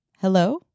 Hello